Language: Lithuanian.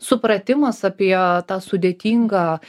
supratimas apie tą sudėtingą